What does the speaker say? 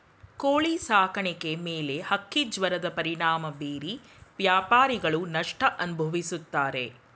ಕೋಳಿ ಸಾಕಾಣಿಕೆ ಮೇಲೆ ಹಕ್ಕಿಜ್ವರದ ಪರಿಣಾಮ ಬೀರಿ ವ್ಯಾಪಾರಿಗಳು ನಷ್ಟ ಅನುಭವಿಸುತ್ತಾರೆ